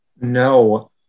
No